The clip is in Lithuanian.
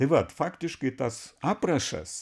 tai vat faktiškai tas aprašas